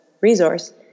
resource